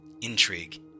intrigue